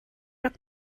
rak